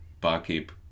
barkeep